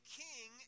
king